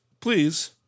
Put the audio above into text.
Please